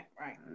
right